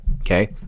Okay